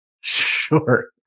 Sure